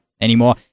anymore